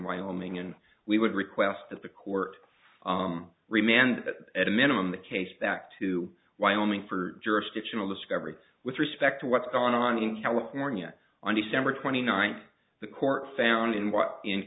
wyoming and we would request that the court remand at a minimum the case back to wyoming for jurisdictional discovery with respect to what's going on in california on december twenty ninth the court found in wh